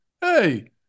hey